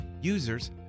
Users